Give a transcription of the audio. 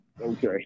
okay